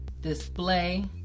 display